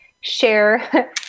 share